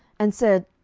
and said,